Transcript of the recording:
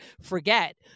forget